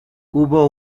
hubo